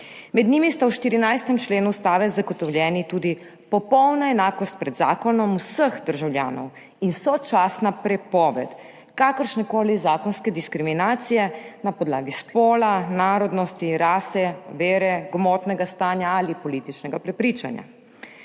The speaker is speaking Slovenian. Med njimi sta v 14. členu Ustave zagotovljeni tudi popolna enakost pred zakonom vseh državljanov in sočasna prepoved kakršnekoli zakonske diskriminacije na podlagi spola, narodnosti, rase, vere, gmotnega stanja ali političnega prepričanja.